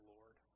Lord